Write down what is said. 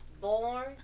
born